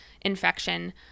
infection